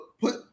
put –